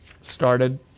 started